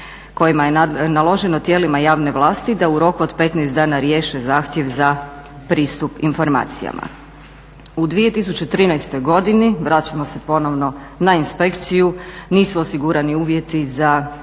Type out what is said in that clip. kojima je naloženo tijelima javne vlasti da u roku od 15 dana riješe zahtjev za pristup informacijama. U 2013. godini vraćamo se ponovno na inspekciju nisu osigurani uvjeti za ustrojavanje